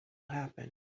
happen